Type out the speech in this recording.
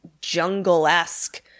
jungle-esque